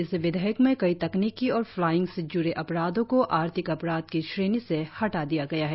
इस विधेयक में कई तकनीकी और फाइलिंग से ज्ड़े अपराधों को आर्थिक अपराध की श्रेणी से हटा दिया गया है